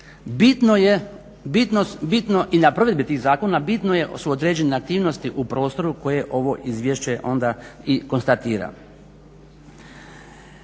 bitno i na provedbi tih zakona bitno su određene aktivnosti u prostoru koje ovo izvješće onda i konstatira.